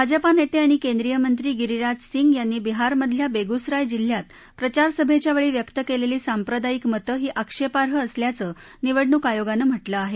भाजपा नेते आणि केंद्रीय मंत्री गिरीराज सिंग यांनी बिहार मधल्या बेगुसराय जिल्ह्यात प्रचार सभेच्या वेळी व्यक्त केलेली सांप्रदायिका मतं ही आक्षेपाई असल्याचं निवडणूक आयोगानं म्हटलं आहे